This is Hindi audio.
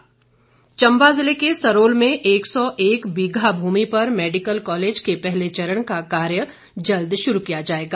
परमार चंबा जिले के सरोल में एक सौ एक बीघा भूमि पर मैडिकल कॉलेज के पहले चरण का कार्य जल्द शुरू किया जाएगा